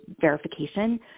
verification